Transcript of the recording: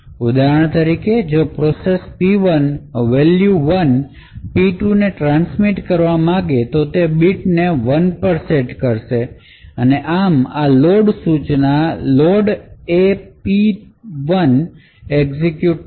ઉદાહરણ તરીકે જો પ્રોસેસ P 1 વેલ્યુ 1 P2 ને ટ્રાન્સમિટ કરવા માંગે છે તો તે બીટને 1 પર સેટ કરશે અને આમ આ લોડ સૂચના લોડ એ પી 1 એક્ઝેક્યુટ થશે